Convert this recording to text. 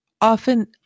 often